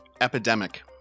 Epidemic